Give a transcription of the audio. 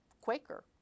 Quaker